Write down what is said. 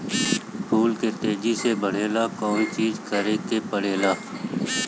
फूल के तेजी से बढ़े ला कौन चिज करे के परेला?